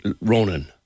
Ronan